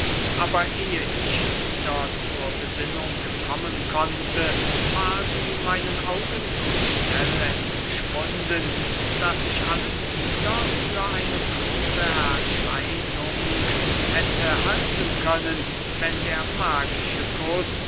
aber ehe ich wieder zur besinnung kommen konnte war sie meinen augen so schnell entschwunden daß ich alles wieder für eine bloße erscheinung hätte halten können wenn der magische kuß